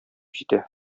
җитә